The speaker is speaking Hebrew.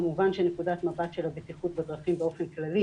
כמובן נקודת מבט של הבטיחות בדרכים באופן כללי